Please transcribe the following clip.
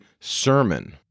sermon